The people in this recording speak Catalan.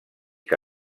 que